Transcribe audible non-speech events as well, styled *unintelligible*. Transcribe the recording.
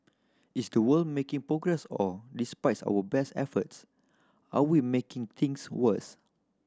is the world making progress or despite *unintelligible* our best efforts are we making things worse